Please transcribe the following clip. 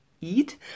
eat